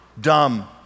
dumb